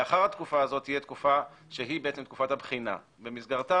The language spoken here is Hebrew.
לאחר התקופה הזו תהיה תקופת בחינה שבמסגרתה